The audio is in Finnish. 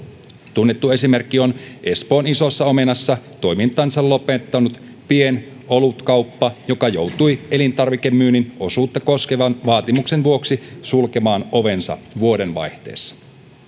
tunnettu esimerkki on espoon isossa omenassa toimintansa lopettanut pien olutkauppa joka joutui elintarvikemyynnin osuutta koskevan vaatimuksen vuoksi sulkemaan ovensa vuodenvaihteessa